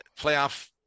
playoff